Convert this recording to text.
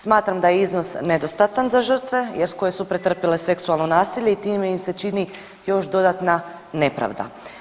Smatram da je iznos nedostatan za žrtve koje su pretrpile seksualno nasilje i time im se čini još dodatna nepravda.